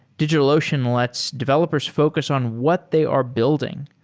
digitalocean lets developers focus on what they are building.